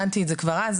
הבנתי את זה כבר אז.